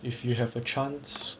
if you have a chance